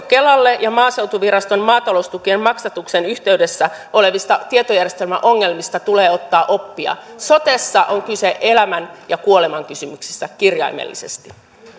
kelalle ja maaseutuviraston maataloustukien maksatuksen yhteydessä olevista tietojärjestelmäongelmista tulee ottaa oppia sotessa on kyse elämän ja kuoleman kysymyksistä kirjaimellisesti